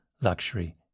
Luxury